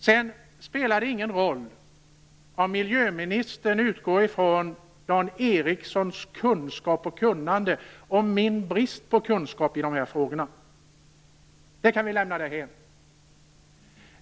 Sedan spelar det ingen roll om miljöministern utgår från Dan Ericssons kunskap och kunnande och min brist på kunskap i dessa frågor. Det kan vi lämna därhän.